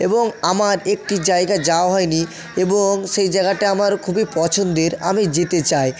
এবং আমার একটি জায়গা যাওয়া হয় নি এবং সে জায়গাটা আমার খুবই পছন্দের আমি যেতে চাই